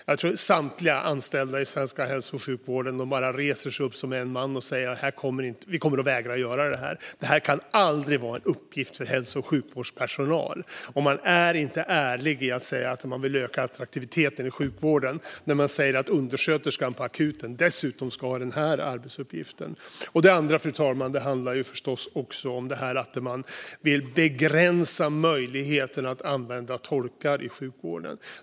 Jag tror att samtliga anställda i den svenska hälso och sjukvården reser sig upp som en man och säger att de kommer att vägra göra detta. Det kan aldrig vara en uppgift för hälso och sjukvårdspersonal. Man är inte ärlig om att man vill öka attraktiviteten i sjukvården när man säger att undersköterskan på akuten dessutom ska ha den här arbetsuppgiften. Det andra, fru talman, handlar förstås om att man vill begränsa möjligheten att använda tolkar i sjukvården.